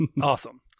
Awesome